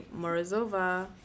Morozova